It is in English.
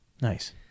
Nice